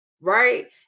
right